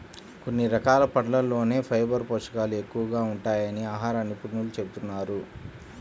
కొన్ని రకాల పండ్లల్లోనే ఫైబర్ పోషకాలు ఎక్కువగా ఉంటాయని ఆహార నిపుణులు చెబుతున్నారు